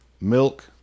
milk